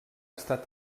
estat